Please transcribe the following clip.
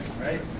right